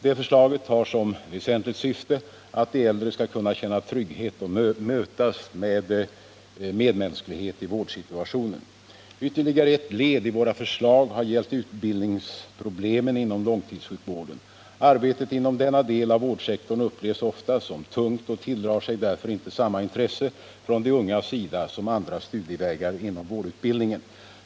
Det förslaget har som väsentligt syfte att de äldre skall kunna känna trygghet och mötas av medmänsklighet i vårdsituationen. Ytterligare ett viktigt led i våra förslag har gällt utbildningsproblemen inom långtidssjukvården. Arbetet inom denna del av vårdsektorn upplevs ofta som tungt och tilldrar sig därför inte samma intresse från de ungas sida som andra studievägar inom vårdutbildningen.